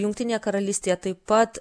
jungtinėje karalystėje taip pat